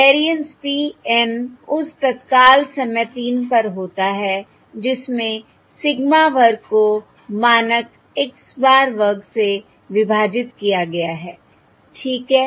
variance P N उस तत्काल समय तीन पर होता है जिसमें सिग्मा वर्ग को मानक x bar वर्ग से विभाजित किया गया है ठीक है